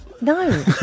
No